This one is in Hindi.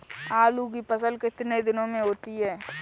आलू की फसल कितने दिनों में होती है?